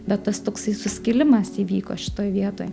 bet tas toksai suskilimas įvyko šitoj vietoj